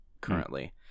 currently